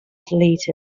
deleted